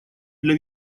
для